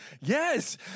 yes